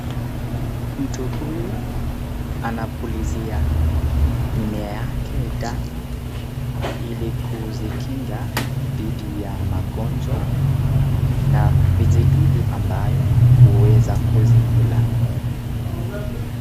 Mtu huyu anapulizia mimea yake dawa, ili kuzikinga dhidi ya magonjwa na vijidudu ambayo huweza kuzikula.